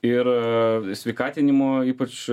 ir sveikatinimo ypač